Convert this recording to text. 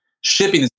Shipping